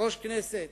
יושב-ראש הכנסת